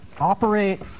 operate